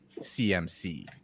CMC